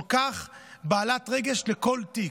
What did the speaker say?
כל כך בעלת רגש לכל תיק,